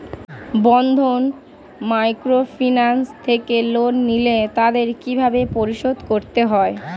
বন্ধন microfinance থেকে loan নিলে তাদের কিভাবে পরিশোধ করতে হয়?